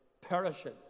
perishing